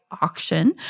Auction